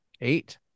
Eight